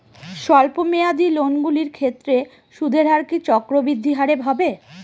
স্বল্প মেয়াদী লোনগুলির ক্ষেত্রে সুদের হার কি চক্রবৃদ্ধি হারে হবে?